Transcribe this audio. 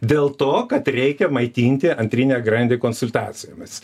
dėl to kad reikia maitinti antrinę grandį konsultacijomis